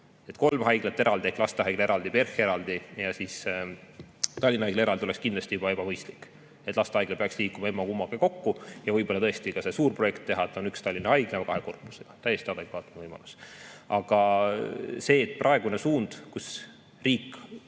Kolm haiglat eraldi ehk lastehaigla, PERH ja Tallinna Haigla eraldi oleks kindlasti juba ebamõistlik. Lastehaigla peaks liitma emma-kummaga kokku ja võib-olla tõesti ka see suurprojekt teha, et on üks Tallinna Haigla kahe korpusega. Täiesti adekvaatne võimalus. Aga see praegune suund, kus riik